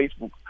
Facebook